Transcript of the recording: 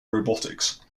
robotics